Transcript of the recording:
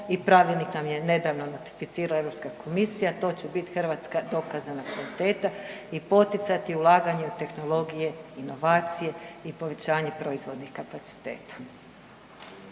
i pravilnik nam je nedavno identificirala Europska komisija to će biti hrvatska dokazana kvaliteta i poticati ulaganja u tehnologije, inovacije i povećanje proizvodnih kapaciteta.